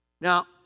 Now